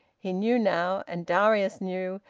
he knew now, and darius knew,